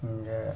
हुनके